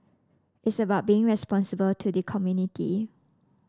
it's about being responsible to the community